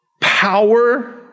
power